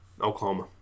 Oklahoma